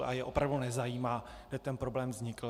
A je opravdu nezajímá, jak ten problém vznikl.